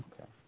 Okay